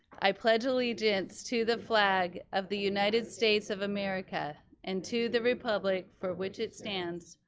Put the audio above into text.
i pledge allegiance to the flag of the united states of america and to the republic for which it stands,